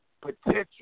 potential